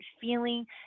feeling